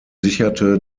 sicherte